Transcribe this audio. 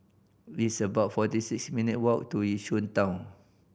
it's about forty six minutes' walk to Yishun Town